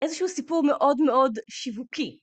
איזה שהוא סיפור מאוד מאוד שיווקי.